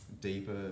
deeper